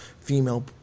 female